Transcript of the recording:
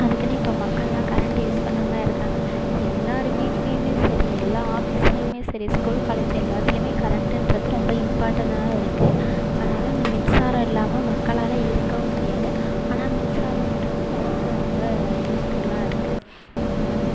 அதுக்குன்னு இப்போ மக்கள்லாம் கரெண்ட்டு யூஸ் பண்ணாமல் இருக்காங்க எல்லார் வீட்லியுமே சரி எல்லா ஆஃபீஸ்லேயுமே சரி ஸ்கூல் காலேஜ் எல்லாத்துலியுமே கரெண்ட்டுன்றது ரொம்ப இம்பார்ட்டன்டாக இருக்குது அதனால இந்த மின்சாரம் இல்லாமல் மக்களால் இருக்கவும் முடியாது ஆனால் மின்சாரம்ன்றது லைஃப்பில் ரொம்ப யூஸ்ஃபுல்லாக இருக்குது